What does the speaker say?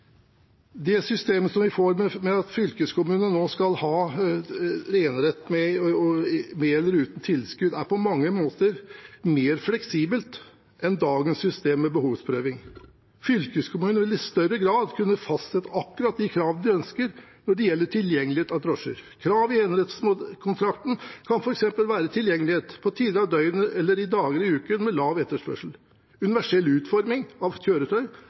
Det systemet vi får ved at fylkeskommunene nå skal ha enerett med eller uten tilskudd, er på mange måter mer fleksibelt enn dagens system med behovsprøving. Fylkeskommunene vil i større grad kunne fastsette akkurat de kravene de ønsker når det gjelder tilgjengelighet av drosjer. Krav i enerettskontrakten kan f.eks. være tilgjengelighet på tider av døgnet eller i dager og uker med lav etterspørsel, universell utforming av kjøretøy